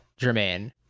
Jermaine